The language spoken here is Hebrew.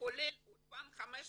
כולל אולפן 500 שעות.